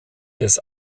des